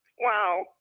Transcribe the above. wow